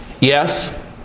yes